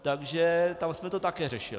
Takže tam jsme to také řešili.